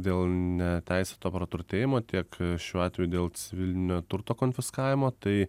dėl neteisėto praturtėjimo tiek šiuo atveju dėl civilinio turto konfiskavimo tai